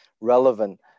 relevant